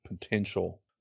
potential